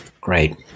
Great